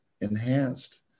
enhanced